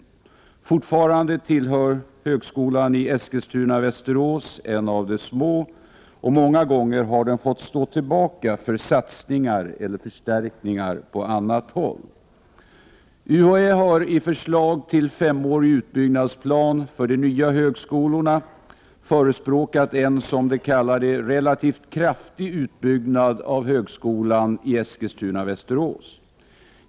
Fortfarande är högskolan i Eskilstuna-Västerås en av de små, och många gånger har den fått stå tillbaka för satsningar eller förstärkningar på annat håll. UHÄ har i förslag till femårig utbyggnadsplan för de nya högskolorna förespråkat en, som UHÄ kallar det, relativt kraftig utbyggnad av högskolan i Eskilstuna-Västerås.